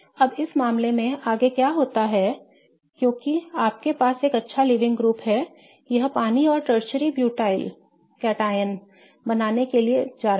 अब इस मामले में आगे क्या होता है क्योंकि आपके पास एक अच्छा लीविंग ग्रुप है यह पानी और टर्शरी ब्यूटाइल cation बनाने के लिए जा रहा है